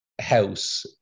house